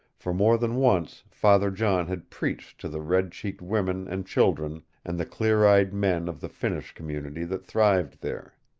for more than once father john had preached to the red-cheeked women and children and the clear-eyed men of the finnish community that thrived there.